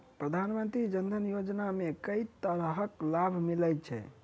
प्रधानमंत्री जनधन योजना मे केँ तरहक लाभ मिलय छै?